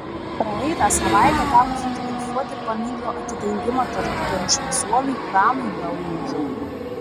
praeitą savaitę teko fotografuoti paminklo atidengimą tarpukario šviesuoliui pranui dauniui